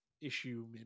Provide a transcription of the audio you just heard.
issue